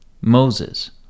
Moses